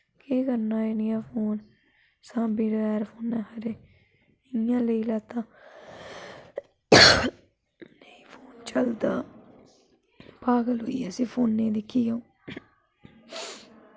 केह् करना एह् नेहा फोन अस बगैर फोनै खरे इ'यां लेई लैत्ता नेईं फोन चलदा पागल होई इसी फोनै गी दिक्खियै अ'ऊं